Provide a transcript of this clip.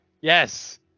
Yes